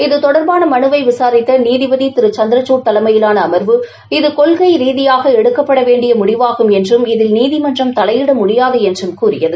இது தொடாபான மனுவை விசாித்த நீதிபதி திரு சந்திரகுட் தலைமயிலான அமாவு இது கொள்கை ரீதியாக எடுக்கப்பட வேண்டிய முடிவாகும் என்றும் இதில் நீதிமன்றம் தலையிட முடியாது என்றும் கூறியது